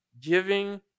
giving